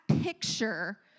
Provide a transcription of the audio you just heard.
picture